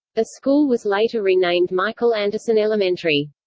the school was later renamed michael anderson elementary.